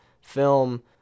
film